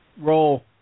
Roll